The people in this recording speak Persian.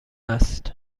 است